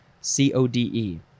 C-O-D-E